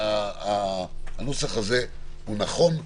הנוסח הזה הוא נכון,